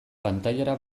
pantailara